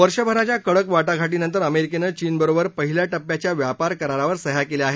वर्षभराच्या कडक वा ाघा भिंतर अमेरिकेनं चीन बरोबर पहिल्या धिऱ्याच्या व्यापार करारावर सह्या केल्या आहेत